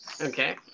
Okay